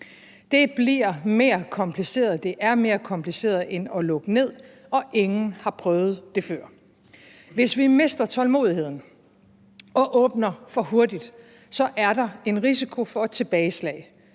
Det bliver mere kompliceret, og det er mere kompliceret end at lukke ned, og ingen har prøvet det før. Hvis vi mister tålmodigheden og åbner for hurtigt, er der en risiko for et tilbageslag,